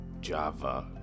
Java